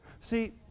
See